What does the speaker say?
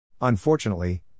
Unfortunately